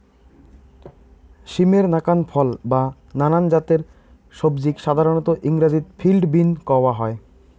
সিমের নাকান ফল বা নানান জাতের সবজিক সাধারণত ইংরাজিত ফিল্ড বীন কওয়া হয়